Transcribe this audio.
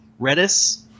Redis